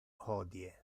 hodie